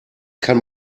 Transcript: kann